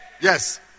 yes